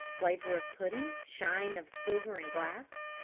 flavor of puddings! shine of silver and glass!